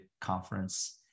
conference